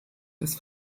des